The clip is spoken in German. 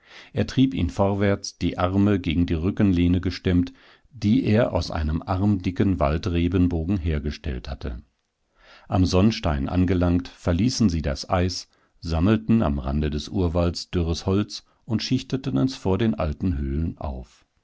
er trieb ihn vorwärts die arme gegen die rückenlehne gestemmt die er aus einem armdicken waldrebenbogen hergestellt hatte am sonnstein angelangt verließen sie das eis sammelten am rande des urwalds dürres holz und schichteten es vor den alten höhlen auf